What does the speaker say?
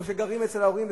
או שגרים אצל ההורים,